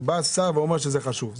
בא שר ואומר שזה חשוב.